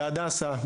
בהדסה,